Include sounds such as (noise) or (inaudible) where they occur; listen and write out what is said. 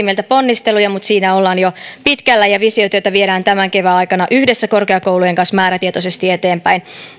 (unintelligible) meiltä ponnisteluja mutta siinä ollaan jo pitkällä ja visiotyötä viedään tämän kevään aikana yhdessä korkeakoulujen kanssa määrätietoisesti eteenpäin